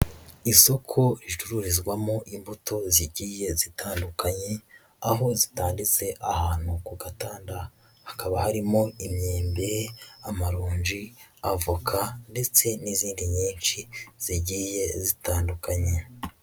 Isoko ricururizwamo imbuto zigiye zitandukanye, aho zitanditse ahantu ku gatanda, hakaba harimo imyembe, amaronji, avoka ndetse n'izindi nyinshi zigiye zitandukanye.